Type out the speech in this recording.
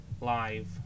live